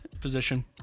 position